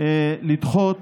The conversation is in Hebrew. לדחות